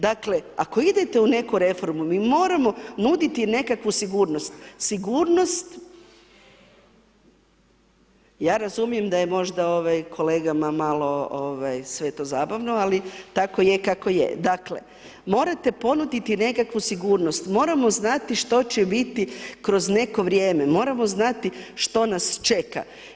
Dakle, ako idete u neku reformu mi moramo nuditi nekakvu sigurnost, sigurnost ja razumijem da je možda ovaj kolegama malo ovaj sve to zabavno, ali tako je kako je, dakle morate ponuditi nekakvu sigurnost, moramo znati što će biti kroz neko vrijeme, moramo znati što nas čeka.